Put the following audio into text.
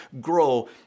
grow